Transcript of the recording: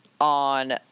on